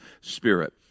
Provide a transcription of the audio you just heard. Spirit